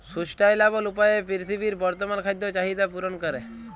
sustainable উপায়ে পীরথিবীর বর্তমাল খাদ্য চাহিদ্যা পূরল ক্যরে